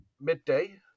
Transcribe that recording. midday